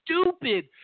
stupid